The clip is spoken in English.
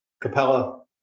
Capella